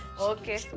Okay